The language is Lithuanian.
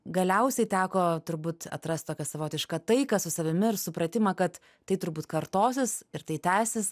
galiausiai teko turbūt atrast tokią savotišką taiką su savimi ir supratimą kad tai turbūt kartosis ir tai tęsis